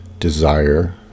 desire